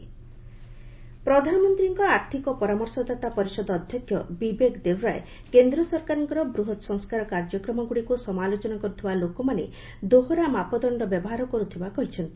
EAC Debroy ପ୍ରଧାନମନ୍ତ୍ରୀଙ୍କ ଆର୍ଥିକ ପରାମର୍ଶଦାତା ପରିଷଦ ଅଧ୍ୟକ୍ଷ ବିବେକ ଦେବରାଏ କେନ୍ଦ୍ରସରକାରଙ୍କ ବୃହତ ସଂସ୍କାର କାର୍ଯ୍ୟକ୍ରମଗୁଡ଼ିକୁ ସମାଲୋଚନା କରୁଥିବା ଲୋକମାନେ ଦୋହରା ମାପଦଣ୍ଡ ବ୍ୟବହାର କରୁଥିବା ଅଭିଯୋଗ କରୁଛନ୍ତି